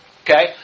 Okay